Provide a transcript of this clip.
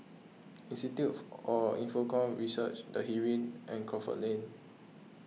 Institute for Infocomm Research the Heeren and Crawford Lane